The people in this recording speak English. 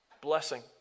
Blessing